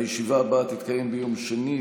הישיבה הבאה תתקיים ביום שני,